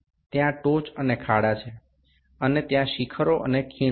মানে চূড়া ও গর্ত আছে এবং শীর্ষ ও উপত্যকার আকৃতি আছে